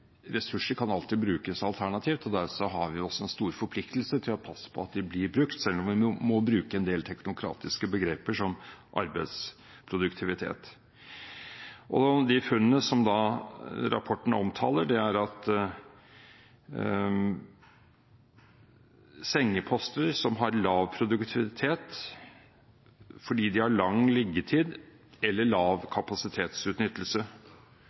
ressurser kan alltid brukes alternativt, og derfor har vi også en stor forpliktelse til å passe på at de blir brukt, selv om vi må bruke en del teknokratiske begreper som «arbeidsproduktivitet». Blant de funnene som rapporten omtaler, er at sengeposter har lav produktivitet fordi de har lang liggetid eller lav